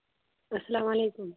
اَسلام علیکُم